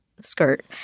skirt